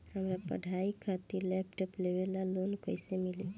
हमार पढ़ाई खातिर लैपटाप लेवे ला लोन कैसे मिली?